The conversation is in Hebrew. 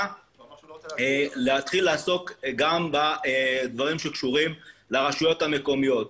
להתחיל לעסוק גם בדברים שקשורים לרשויות המקומיות.